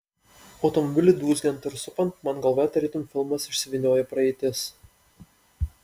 automobiliui dūzgiant ir supant man galvoje tarytum filmas išsivyniojo praeitis